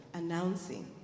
announcing